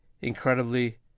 incredibly